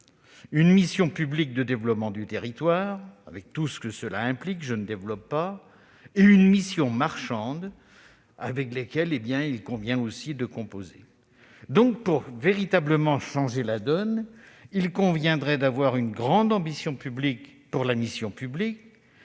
une mission publique de développement du territoire- nul besoin de développer tout ce que cela implique -et une mission marchande, avec laquelle il convient de composer. Pour véritablement changer la donne, il conviendrait d'avoir une grande ambition publique pour la mission publique,